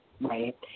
right